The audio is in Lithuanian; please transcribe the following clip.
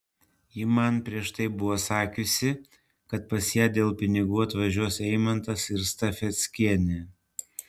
ji man prieš tai buvo sakiusi kad pas ją dėl pinigų atvažiuos eimantas ir stafeckienė